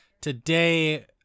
Today